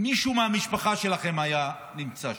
מישהו מהמשפחה שלכם היה נמצא שם.